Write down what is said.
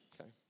Okay